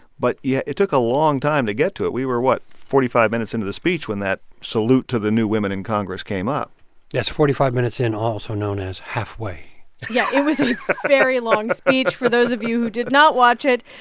but yeah, it took a long time to get to it. we were what? forty five minutes into the speech when that salute to the new women in congress came up yes, forty five minutes in, also known as halfway yeah, it was a very long speech for those of you who did not watch it.